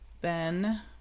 Ben